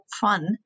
fun